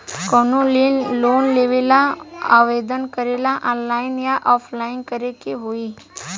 कवनो लोन लेवेंला आवेदन करेला आनलाइन या ऑफलाइन करे के होई?